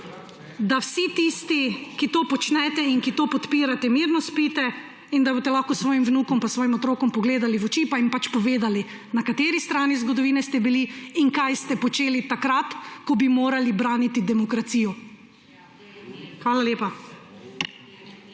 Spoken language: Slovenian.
da vsi tisti, ki to počnete in ki to podpirate, mirno spite in boste lahko svojim vnukom in svojim otrokom pogledali v oči pa jim povedali, na kateri strani zgodovine ste bili in kaj ste počeli takrat, ko bi morali braniti demokracijo. Hvala lepa.